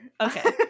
Okay